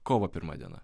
kovo pirma diena